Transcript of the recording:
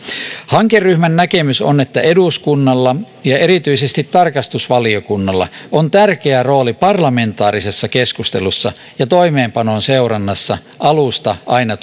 hankeryhmän näkemys on että eduskunnalla ja erityisesti tarkastusvaliokunnalla on tärkeä rooli parlamentaarisessa keskustelussa ja toimeenpanon seurannassa alusta aina